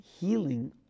healing